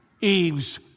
Eve's